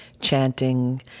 chanting